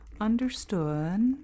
Understood